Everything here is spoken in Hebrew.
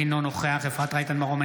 אינו נוכח אפרת רייטן מרום,